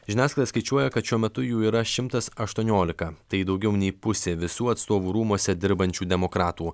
žiniasklaida skaičiuoja kad šiuo metu jų yra šimtas aštuoniolika tai daugiau nei pusė visų atstovų rūmuose dirbančių demokratų